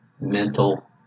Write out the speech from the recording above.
Mental